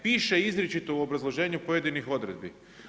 Piše izričito u obrazloženju pojedinih odredbi.